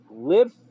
live